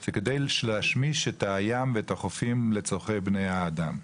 זה כדי להשמיש את הים והחופים לצרכי בני האדם.